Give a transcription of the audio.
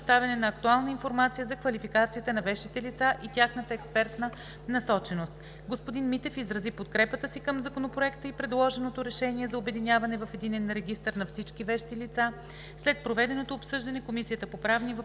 на актуална информация за квалификацията на вещите лица и тяхната експертна насоченост. Господин Митев изрази подкрепата си към Законопроекта и предложеното решение за обединяване в единен регистър на всички вещи лица. След проведеното обсъждане Комисията по правни